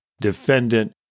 defendant